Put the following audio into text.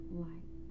light